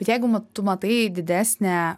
bet jeigu ma tu matai didesnę